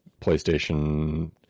PlayStation